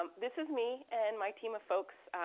um this is me and my team of folks